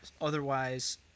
Otherwise